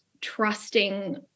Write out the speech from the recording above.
trusting